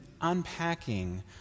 unpacking